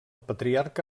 patriarca